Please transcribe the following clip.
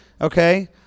Okay